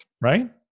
Right